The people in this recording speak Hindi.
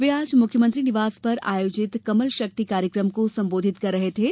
वे आज मुख्यमंत्री निवास पर आयोजित कमल शक्ति कार्यक्रम को संबोधित कर रहे थे